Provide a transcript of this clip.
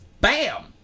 Bam